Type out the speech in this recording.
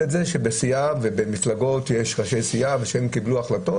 את זה שבסיעה ובמפלגות יש ראשי סיעה שהם קיבלו החלטות,